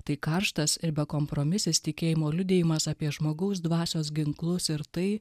tai karštas ir bekompromisis tikėjimo liudijimas apie žmogaus dvasios ginklus ir tai